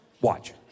Watch